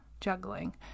juggling